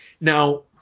Now